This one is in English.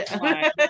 Right